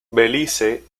belice